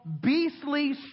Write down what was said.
beastly